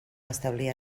establir